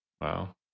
wow